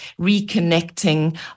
reconnecting